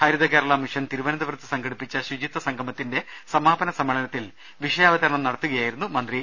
ഹരിത ഭകേരള മിഷൻ തിരുവനന്തപു രത്ത് സംഘടിപ്പിച്ച ശുചിത്വ സംഗമത്തിന്റെ സമാപന സമ്മേളനത്തിൽ വിഷയാവതരണം നടത്തുകയായിരുന്നു അദ്ദേഹം